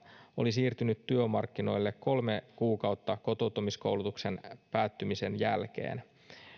oli siirtynyt työmarkkinoille kolme kuukautta kotoutumiskoulutuksen päättymisen jälkeen